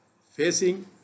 facing